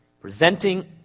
presenting